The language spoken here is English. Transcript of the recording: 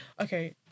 Okay